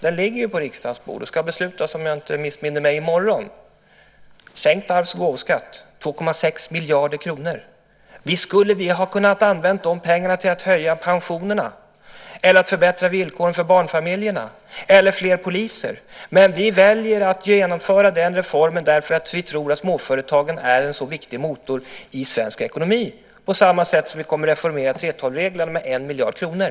Den ligger ju på riksdagens bord och ska beslutas, om jag inte missminner mig, i morgon. Där sänks arvs och gåvoskatten med 2,6 miljarder kronor. Visst skulle vi ha kunnat använda de pengarna till att höja pensionerna, till att förbättra villkoren för barnfamiljerna eller till fler poliser. Vi väljer dock att genomföra den reformen därför att vi tror att småföretagen är en så viktig motor i svensk ekonomi. På samma sätt kommer vi att reformera 3:12-reglerna med 1 miljard kronor.